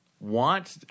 want